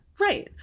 Right